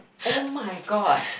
oh-my-god